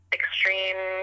extreme